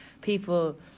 people